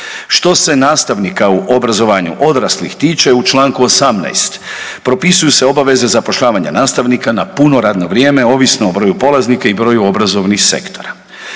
Što se nastavnika u obrazovanju odraslih tiče u čl. 18. propisuju se obaveze zapošljavanja nastavnika na puno radno vrijeme, ovisno o broju polaznika i broju obrazovnih sektora.